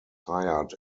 hired